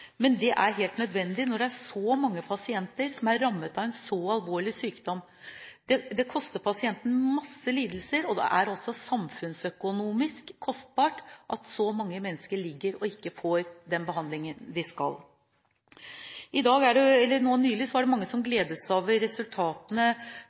men det er helt nødvendig når det er så mange pasienter som er rammet av en så alvorlig sykdom. Det koster pasienten mange lidelser, og det er også samfunnsøkonomisk kostbart at så mange mennesker ligger og ikke får den behandlingen de skal. Nå nylig var det mange som